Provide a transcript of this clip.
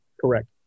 Correct